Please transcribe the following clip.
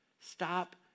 stop